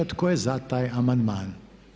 Tko je za taj amandman?